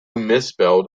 misspelled